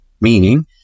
Meaning